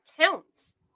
towns